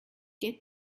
get